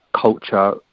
culture